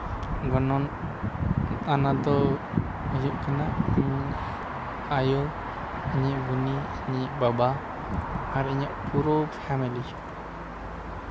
ᱜᱚᱱᱚᱝ ᱚᱱᱟ ᱫᱚ ᱦᱳᱭᱳᱜ ᱠᱟᱱᱟ ᱤᱧ ᱟᱭᱳ ᱤᱧᱤᱡ ᱵᱩᱱᱤ ᱤᱧᱤᱡ ᱵᱟᱵᱟ ᱟᱨ ᱤᱧᱟᱹᱜ ᱯᱩᱨᱟᱹ ᱯᱷᱮᱢᱮᱞᱤ